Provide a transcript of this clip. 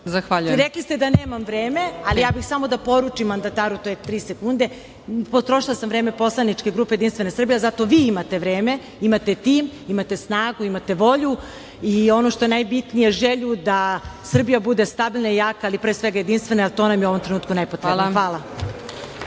Jevđić** Rekli ste da nemam vreme, ali ja bih samo da poručim mandataru, to je tri sekunde, potrošila sam vreme poslaničke grupe Jedinstvena Srbija, zato vi imate vreme, imate tim, imate snagu, imate volju i ono što je najbitnije želju da Srbija bude stabilna i jaka, ali pre svega jedinstvena, jer to nam je u ovom trenutku najpotrebnije. Hvala.